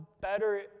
better